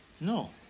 No